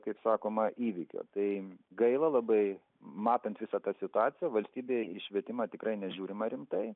kaip sakoma įvykio taip gaila labai matant visą tą situaciją valstybėje į švietimą tikrai nežiūrima rimtai